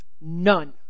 None